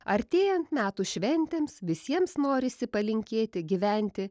artėjant metų šventėms visiems norisi palinkėti gyventi